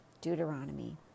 Deuteronomy